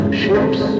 ships